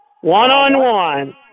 One-on-one